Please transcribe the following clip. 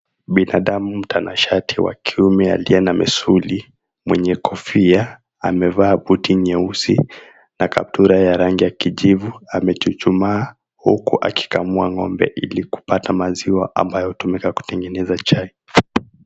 Binadamu mtanashati wa kiume aliye na misuli, mwenye kofia, amevaa buti nyeusi na kaptula ya rangi ya kijivu. Amechuchumaa huku akikamua ng'ombe ili kupata maziwa ambayo hutumika kutengeneza chai.